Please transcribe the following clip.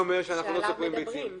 שעליו מדברים?